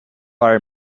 are